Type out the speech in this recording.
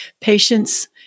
patients